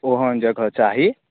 ओहन जगह चाही